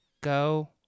Go